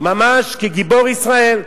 ממש כגיבור ישראל.